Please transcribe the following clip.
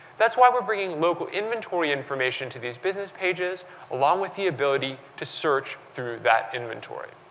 that's why we're bringing local inventory information to these business pages along with the ability to search through that inventory.